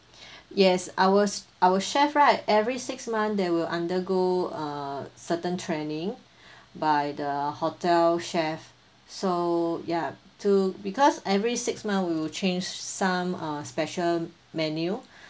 yes ours our chef right every six month they will undergo uh certain training by the hotel chef so ya to because every six month we'll change some uh special menu